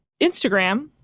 Instagram